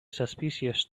suspicious